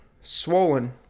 swollen